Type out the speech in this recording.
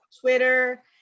Twitter